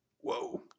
Whoa